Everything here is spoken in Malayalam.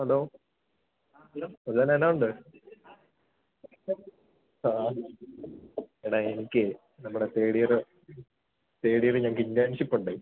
ഹലോ എടാ എനിക്ക് നമ്മുടെ തേർഡ് ഇയര് തേർഡ് ഇയര് ഞങ്ങള്ക്ക് ഇൻറ്റേണ്ഷിപ്പ് ഉണ്ട്